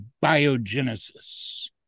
biogenesis